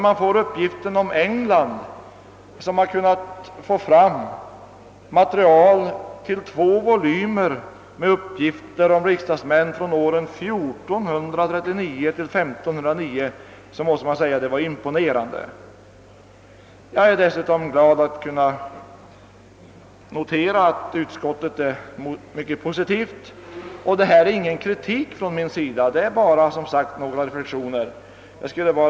Det förhållandet att England har kunnat få fram material till två volymer med uppgifter om parlamentsledamöter under åren 1439—1509 är imponerande. Jag är dessutom glad att kunna notera att utskottet är mycket positivt. Med detta anförande vill jag inte rikta någon kritik mot utskottet, utan jag vill endast göra några reflexioner.